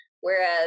Whereas